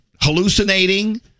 hallucinating